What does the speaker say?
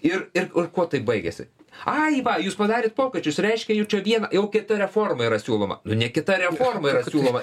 ir ir kuo tai baigiasi ai va jūs padarėt pokyčius reiškia jau čia vieną jau kita reforma yra siūloma ne nu kita reforma yra siūloma